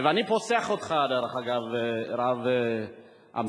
אני פוסח עליך, דרך אגב, הרב אמסלם.